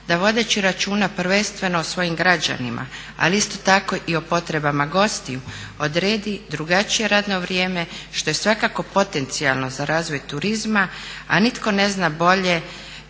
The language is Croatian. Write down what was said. da vodeći računa prvenstveno o svojim građanima ali isto tako i o potrebama gostiju odredbi drugačije radno vrijeme što je svakako potencijalno za razvoj turizma a nitko ne zna bolje